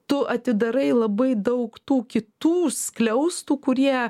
tu atidarai labai daug tų kitų skliaustų kurie